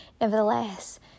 Nevertheless